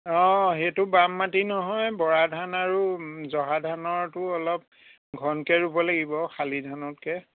অঁ সেইটো বাম মাটি নহয় বৰা ধান আৰু জহা ধানৰটো অলপ ঘনকৈ ৰুব লাগিব শালি ধানতকৈ